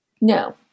No